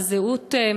על זהות מגדרית,